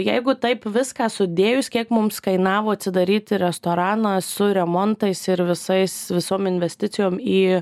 jeigu taip viską sudėjus kiek mums kainavo atsidaryti restoraną su remontais ir visais visom investicijom į